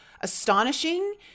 astonishing